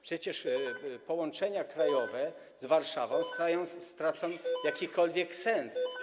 Przecież połączenia krajowe z Warszawą stracą jakikolwiek sens.